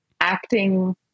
acting